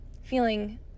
feeling